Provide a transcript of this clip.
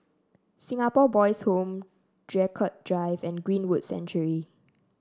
Singapore Boys' Home Draycott Drive and Greenwood Sanctuary